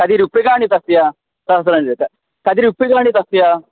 कति रूप्यकाणि तस्य सहस्रञ्च कति रूप्यकाणि तस्य